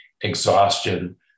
exhaustion